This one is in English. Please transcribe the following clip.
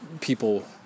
People